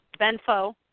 benfo